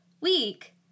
week